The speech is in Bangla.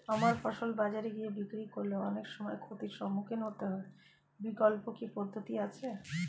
আমার ফসল বাজারে গিয়ে বিক্রি করলে অনেক সময় ক্ষতির সম্মুখীন হতে হয় বিকল্প কি পদ্ধতি আছে?